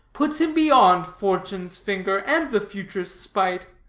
puts him beyond fortune's finger and the future's spite.